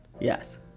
Yes